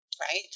right